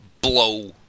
blow